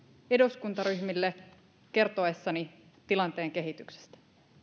eduskuntaryhmille kertoessani tilanteen kehityksestä